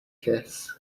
kiss